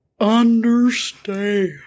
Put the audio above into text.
Understand